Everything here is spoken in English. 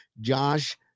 Josh